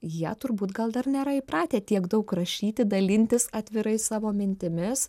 jie turbūt gal dar nėra įpratę tiek daug rašyti dalintis atvirai savo mintimis